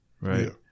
right